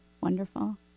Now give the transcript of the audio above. Wonderful